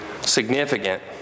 significant